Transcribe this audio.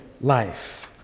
life